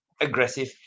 aggressive